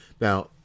Now